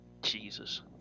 Jesus